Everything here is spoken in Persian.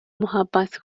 محبت